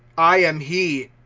i am he,